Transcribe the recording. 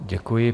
Děkuji.